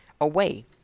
away